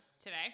Today